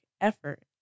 effort